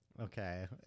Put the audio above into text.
Okay